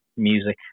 music